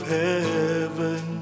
heaven